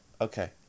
okay